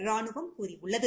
ராணுவம் கூறியுள்ளது